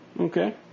Okay